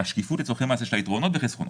לשקיפות לצורכי מס יש יתרונות ויש חסרונות.